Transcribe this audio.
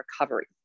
recovery